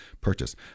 purchase